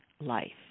life